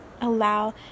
Allow